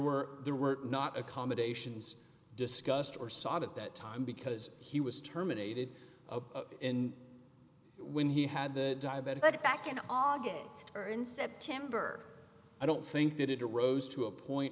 were there were not accommodations discussed or sought at that time because he was terminated and when he had the diabetic back in august or in september i don't think that it arose to a point